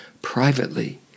privately